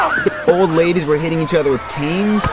um old ladies were hitting each other with canes.